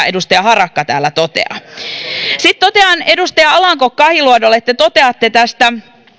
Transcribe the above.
edustaja harakka täällä toteaa sitten edustaja alanko kahiluodolle te toteatte tästä